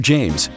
James